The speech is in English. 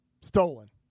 stolen